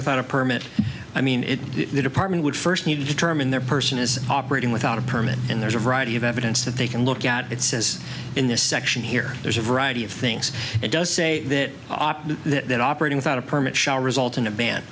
without a permit i mean it the department would first need to determine their person is operating without a permit and there's a variety of evidence that they can look at it says in this section here there's a variety of things it does say that they're operating without a permit shall result in a ban